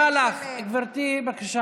המסעדנים משלמים פערי תיווך,